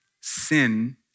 sin